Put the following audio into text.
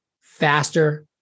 faster